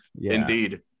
Indeed